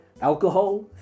Alcohol